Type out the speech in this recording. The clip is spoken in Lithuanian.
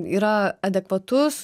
yra adekvatus